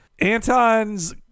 anton's